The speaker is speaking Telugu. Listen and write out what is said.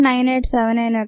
ఇది ఇక్కడ అత్యుత్తమ లైన్ 0